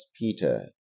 Peter